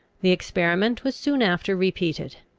the experiment was soon after repeated.